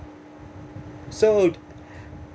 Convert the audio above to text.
so